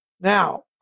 Now